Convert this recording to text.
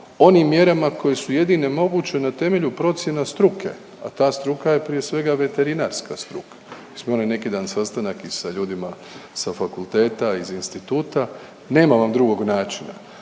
onim mjerama koje su jedine moguće na temelju procjena struke, a ta struka je prije svega veterinarska struka. Mi smo imali neki dan sastanak i sa ljudima sa fakulteta, iz instituta, nema vam drugog načina.